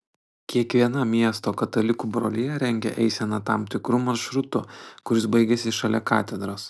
kiekviena miesto katalikų brolija rengia eiseną tam tikru maršrutu kuris baigiasi šalia katedros